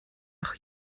auch